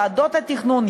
ועדות התכנון,